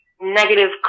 negative